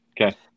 Okay